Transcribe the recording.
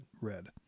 Red